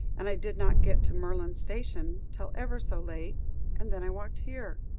and i did not get to merlands station till ever so late and then i walked here.